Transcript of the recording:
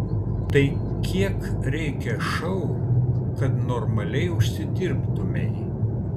tai kiek reikia šou kad normaliai užsidirbtumei